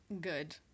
good